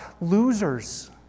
losers